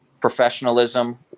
professionalism